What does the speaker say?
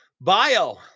Bio